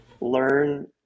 learn